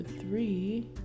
three